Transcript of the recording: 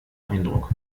eindruck